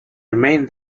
remained